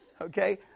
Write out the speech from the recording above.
okay